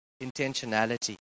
intentionality